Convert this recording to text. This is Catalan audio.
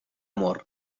amor